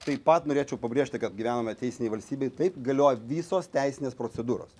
taip pat norėčiau pabrėžti kad gyvename teisinėj valstybėj taip galioja visos teisinės procedūros